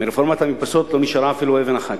מרפורמת המרפסות לא נשארה אפילו אבן אחת.